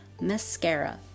mascara